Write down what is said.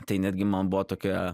tai netgi man buvo tokia